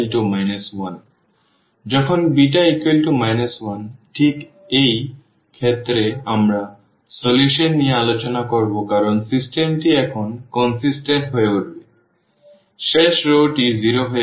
সুতরাং যখন β 1 ঠিক এই ক্ষেত্রে আমরা সমাধান নিয়ে আলোচনা করব কারণ সিস্টেমটি এখন সামঞ্জস্যপূর্ণ হয়ে ওঠে শেষ রওটি 0 হয়ে গেছে